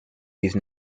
these